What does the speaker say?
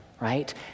right